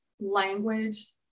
language